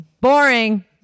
Boring